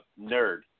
Nerd